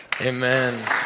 Amen